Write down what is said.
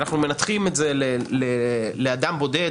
אנחנו מנתחים את זה לגבי אדם בודד,